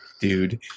Dude